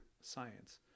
science